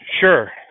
Sure